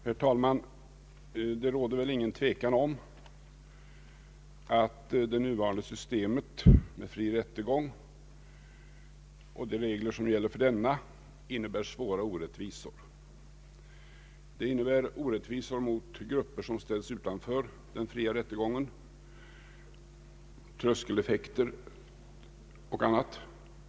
Herr talman! Det råder väl inget tvivel om att det nuvarande systemet med fri rättegång och de regler som gäller för denna innebär svåra orättvisor. Det innebär orättvisor mot grupper som ställs utanför den fria rättegången, tröskeleffekter och annat.